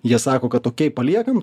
jie sako kad okey paliekam